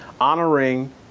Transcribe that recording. Honoring